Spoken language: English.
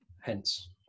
hence